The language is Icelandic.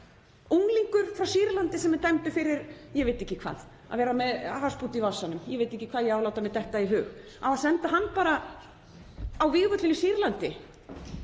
Unglingur frá Sýrlandi sem er dæmdur fyrir, ég veit ekki hvað, að vera með hassbút í vasanum, ég veit ekki hvað ég á að láta mér detta í hug, á að senda hann bara á vígvöllinn í Sýrlandi